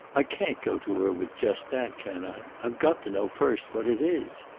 i can't go to her with just that, can i? i've got to know first what it is.